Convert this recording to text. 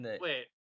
wait